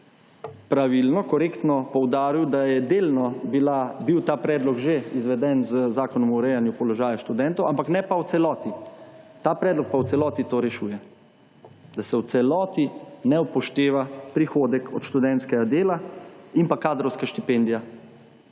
pravilno, korektno poudaril, da je delno bila, bil ta predlog že izveden z Zakonom o urejanju položaja študentov, ampak ne pa v celoti. Ta predlog pa v celoti to rešuje. Da se v celoti ne upošteva prihodek od študentskega dela in pa kadrovska štipendija